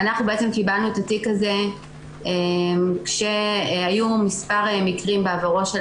אנחנו קיבלנו את התיק הזה כשהיו מספר מקרים בעברו של